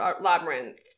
Labyrinth